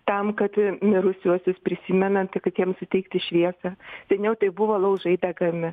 tam kad mirusiuosius prisimenant tai kad jiem suteikti šviesą seniau tai buvo laužai degami